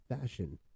fashion